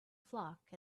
flock